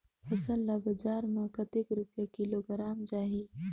फसल ला बजार मां कतेक रुपिया किलोग्राम जाही?